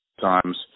times